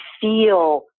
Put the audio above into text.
feel